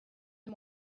the